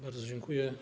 Bardzo dziękuję.